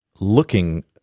looking